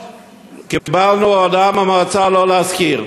קיבלנו הודעה מהמועצה לא להשכיר.